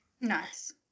nice